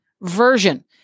version